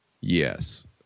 Yes